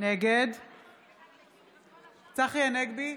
נגד צחי הנגבי,